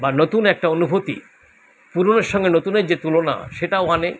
বা নতুন একটা অনুভূতি পুরনোর সঙ্গে নতুনের যে তুলনা সেটাও আনে